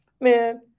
man